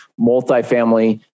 multifamily